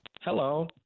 Hello